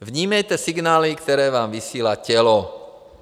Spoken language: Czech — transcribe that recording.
Vnímejte signály, které vám vysílá tělo.